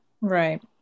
Right